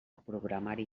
programari